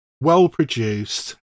well-produced